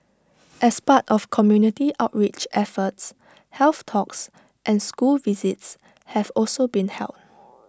as part of community outreach efforts health talks and school visits have also been held